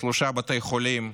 בשלושה בתי חולים,